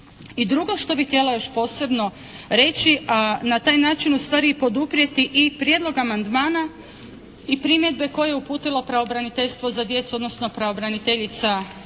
I drugo što bih htjela još posebno reći a na taj način ustvari i poduprijeti i prijedlog amandmana i primjedbe koje je uputilo Pravobraniteljstvo za djecu odnosno pravobraniteljica za